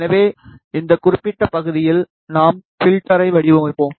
எனவே இந்த குறிப்பிட்ட பகுதியில் நாம் ஃப்ல்டரை வடிவமைப்போம்